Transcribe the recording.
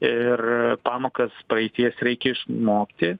ir pamokas praeities reikia išmokti